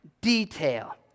detail